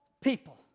people